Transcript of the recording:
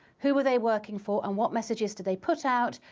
who were they working for? and what messages did they put out,